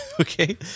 Okay